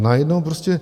A najednou prostě...